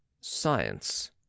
science